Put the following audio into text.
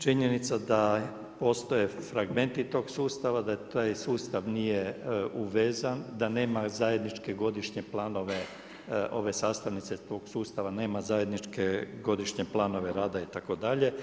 Činjenica da postoje fragmenti tog sustava, da taj sustav nije uvezan, da nema zajedničke godišnje planove, ove sastavnice tog sustava, nema zajedničke godišnje planove rada itd.